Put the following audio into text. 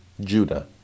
Judah